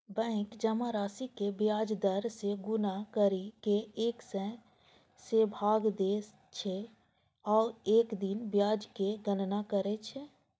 bank जमा राशि कें ब्याज दर सं गुना करि कें एक सय सं भाग दै छै आ एक दिन ब्याजक गणना करै छै